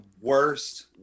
worst